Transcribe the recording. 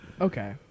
Okay